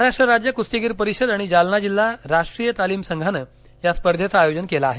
महाराष्ट्र राज्य कृस्तिगीर परिषद आणि जालना जिल्हा राष्ट्रीय तालीम संघानं या स्पर्धेचं आयोजन केलं आहे